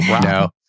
No